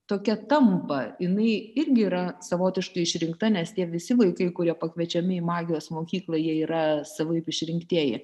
tokia tampa jinai irgi yra savotiškai išrinkta nes tie visi vaikai kurie pakviečiami į magijos mokyklą jie yra savaip išrinktieji